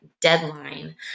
deadline